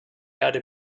erde